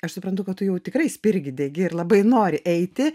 aš suprantu kad tu jau tikrai spirgi degi ir labai nori eiti